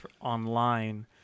online